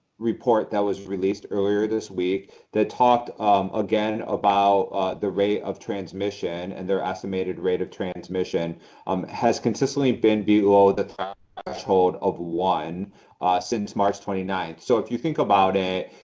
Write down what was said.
report that was released earlier this week that talked again about the rate of transmission. and their estimated rate of transmission um has consistently been below the threshold of one since march twenty nine. so if you think about it,